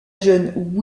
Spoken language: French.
jeune